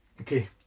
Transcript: Okay